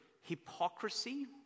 hypocrisy